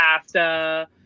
pasta